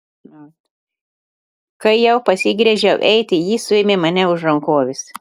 kai jau pasigręžiau eiti ji suėmė mane už rankovės